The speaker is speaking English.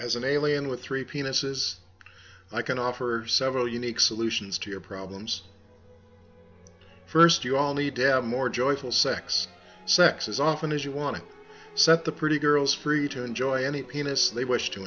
as an alien with three penises i can offer several unique solutions to your problems first you all need to have more joyful sex sex as often as you want to set the pretty girls free to enjoy any penis they wish to